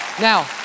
Now